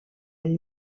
del